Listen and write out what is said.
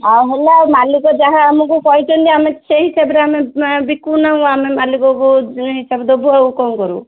ହଁ ହେଲା ମାଲିକ ଯାହା ଆମକୁ କହିଛନ୍ତି ସେହି ହିସବାରେ ଆମେ ବିକିବୁନାଉ ଆମେ ମାଲିକକୁ ହିସାବ ଦବୁ ଆଉ କ'ଣ କରିବୁ